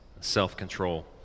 self-control